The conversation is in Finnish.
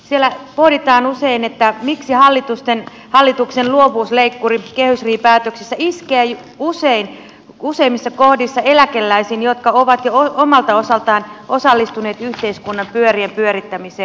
siellä pohditaan usein miksi hallituksen luovuusleikkuri kehysriihipäätöksissä iskee usein useimmissa kohdissa eläkeläisiin jotka ovat jo omalta osaltaan osallistuneet yhteiskunnan pyörien pyörittämiseen